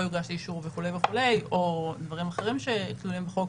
יוגש לאישור וכולי וכולי או דברים אחרים שתלויים בחוק,